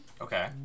Okay